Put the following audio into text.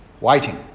waiting